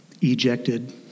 ejected